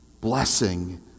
blessing